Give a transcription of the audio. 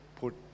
put